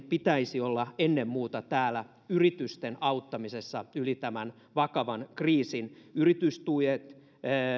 pitäisi olla ennen muuta yritysten auttamisessa tämän vakavan kriisin yli yritystuet